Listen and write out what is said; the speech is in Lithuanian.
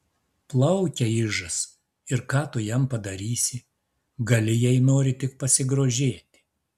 plaukia ižas ir ką tu jam padarysi gali jei nori tik pasigrožėti